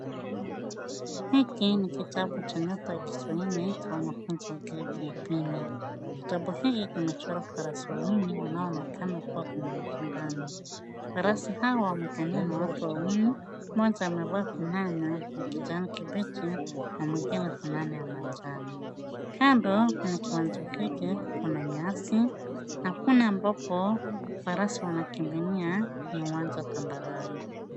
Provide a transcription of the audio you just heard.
Hiki ni kitabu cha Nyota ya Kiswahili cha wanafunzi wa gredi ya pili. Kitabu hii imechorwa watu wawili wanaoonekana kuwa kwenye mashindano. Farasi hawa wamekaliwa na watu wawili mmoja amevaa fulana ya kijani kibichi na mwingine fulana ya manjano. Kando kuna kiwanja kile kina nyasi na kule ambako farasi wanakimbilia ni uwanja tambarare.